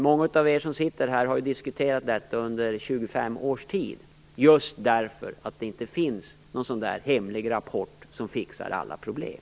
Många av er som sitter här har diskuterat detta under 25 års tid, just därför att det inte finns någon hemlig rapport som fixar alla problem.